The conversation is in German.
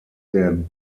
der